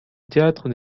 théâtre